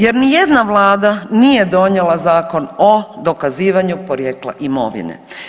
Jer ni jedna vlada nije donijela Zakon o dokazivanju porijekla imovine.